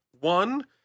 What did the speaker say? One